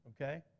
Okay